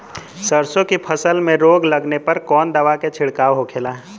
सरसों की फसल में रोग लगने पर कौन दवा के छिड़काव होखेला?